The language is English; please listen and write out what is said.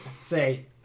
say